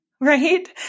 right